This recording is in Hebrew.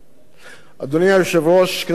אדוני היושב-ראש, כנסת נכבדה,